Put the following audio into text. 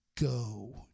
go